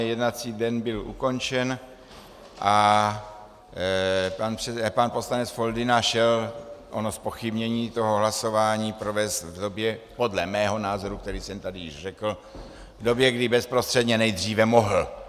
Jednací den byl ukončen a pan poslanec Foldyna šel ono zpochybnění toho hlasování provést v době, podle mého názoru, který jsem tady již řekl, v době, kdy bezprostředně nejdříve mohl.